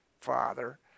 father